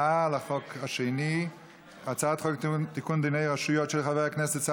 חוק לתיקון דיני הרשויות המקומיות (ביטול סמכות